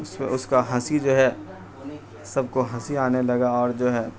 اس پہ اس کا ہنسی جو ہے سب کو ہنسی آنے لگا اور جو ہے